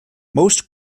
most